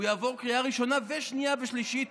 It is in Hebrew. הוא יעבור קריאה ראשונה ושנייה ושלישית